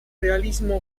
realismo